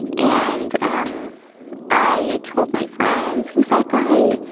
and um i told my friends, who's that guy?